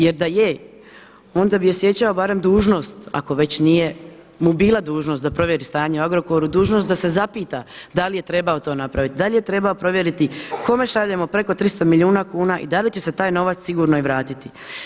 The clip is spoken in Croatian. Jer da je, onda bi osjećao barem dužnost ako već nije mu bila dužnost da provjeri stanje u Agrokoru, dužnost da se zapita da li je trebao to napraviti, da li je trebao provjeriti kome šaljemo preko 300 milijuna kuna i da li će se taj novac sigurno i vratiti.